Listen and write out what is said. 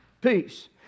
peace